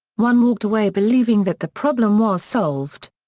one walked away believing that the problem was solved.